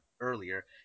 earlier